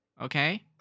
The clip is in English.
okay